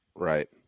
Right